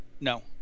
No